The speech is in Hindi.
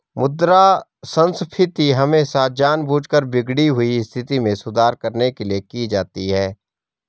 मुद्रा संस्फीति हमेशा जानबूझकर बिगड़ी हुई स्थिति में सुधार करने के लिए की जाती है